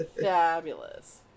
Fabulous